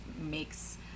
makes